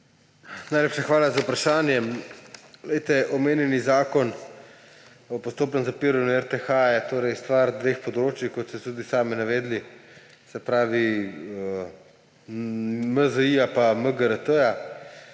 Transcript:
Najlepša hvala za vprašanje. Omenjeni zakon o postopnem zapiranju RTH je torej stvar dveh področij, kot ste tudi sami navedli, se pravi MZI in MGRT.